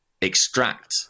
extract